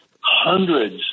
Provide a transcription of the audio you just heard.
hundreds